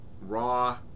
Raw